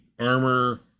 armor